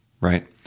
right